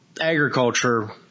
Agriculture